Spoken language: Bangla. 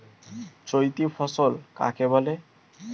চৈতি ফসল কাকে বলে?